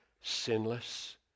sinless